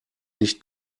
nicht